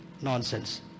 Nonsense